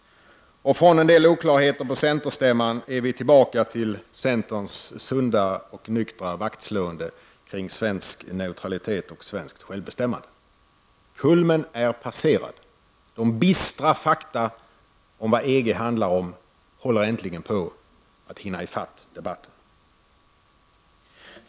Från en del oklarheter på centerstämman har centern kommit tillbaka till sitt sunda, nyktra vaktslående kring svensk neutralitet och svenskt självbestämmande. Kulmen är passerad. De bistra fakta om vad EG handlar om håller äntligen på att hinna i fatt debatten.